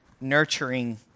nurturing